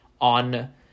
on